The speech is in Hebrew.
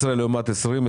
19' לעומת 20'?